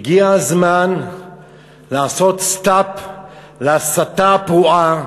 הגיע הזמן לעשות stop להסתה הפרועה,